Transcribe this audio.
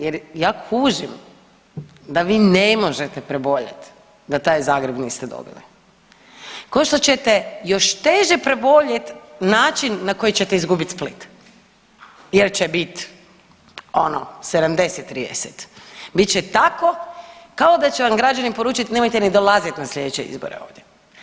Mene veseli jer ja kužim da vi ne možete preboljeti da taj Zagreb niste dobili, ko što ćete još teže preboljet način na koji ćete izgubit Split jer će biti ono 70:30, bit će tako kao da će vam građani poručit nemojte ni dolazit na sljedeće izbore ovdje.